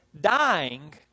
dying